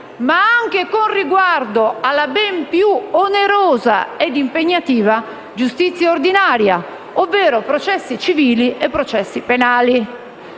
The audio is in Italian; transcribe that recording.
ma anche con riguardo alla ben più onerosa e impegnativa giustizia ordinaria, ovvero processi civili e processi penali.